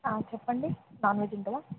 ఆ చెప్పండి